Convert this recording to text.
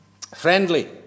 friendly